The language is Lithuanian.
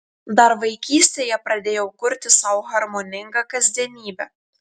dar vaikystėje pradėjau kurti sau harmoningą kasdienybę